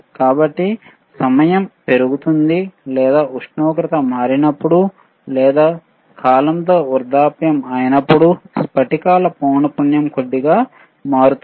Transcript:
కాబట్టి సమయం పెరుగుతున్నప్పుడు లేదా ఉష్ణోగ్రత మారినప్పుడు లేదా కాలంతో వృద్ధాప్యం అయినప్పుడుస్ఫటికాల పౌనపున్యం కొద్దిగా మారుతుంది